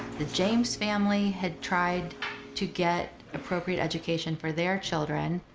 the james family had tried to get appropriate education for their children,